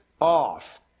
off